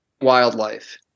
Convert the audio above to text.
wildlife